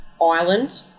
Island